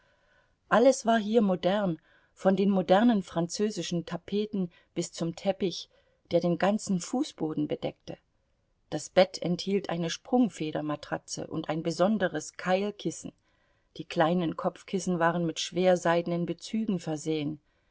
alles war hier modern von den modernen französischen tapeten bis zum teppich der den ganzen fußboden bedeckte das bett enthielt eine sprungfedermatratze und ein besonderes keilkissen die kleinen kopfkissen waren mit schwerseidenen bezügen versehen